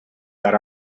that